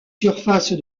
surfaces